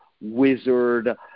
wizard